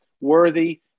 Worthy